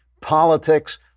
politics